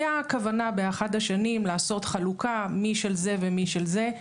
הייתה כוונה באחת השנים לעשות חלוקה מי של זה ומי של זה.